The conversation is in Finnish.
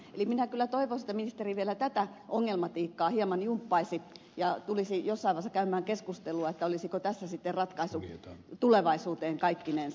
eli minä kyllä toivoisin että ministeri vielä tätä ongelmatiikkaa hieman jumppaisi ja tulisi jossain vaiheessa käymään keskustelua että olisiko tässä sitten ratkaisu tulevaisuuteen kaikkinensa